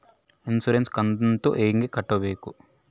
Insurance ಕಂತು ಹೆಂಗ ಕಟ್ಟಬೇಕು?